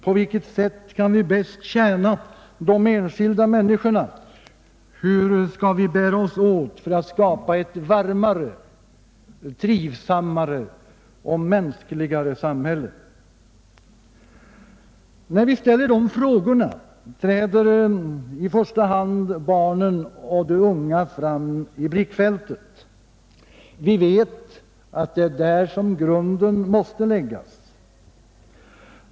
På vilket sätt kan vi bäst tjäna de enskilda människorna? Hur skall vi bära oss åt för att skapa ett varmare, trivsammare och mänskligare samhälle? När vi ställer de frågorna träder i första hand barnen och de unga fram i blickfältet. Vi vet att det är där som grunden måste läggas.